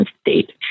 state